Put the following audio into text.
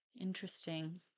interesting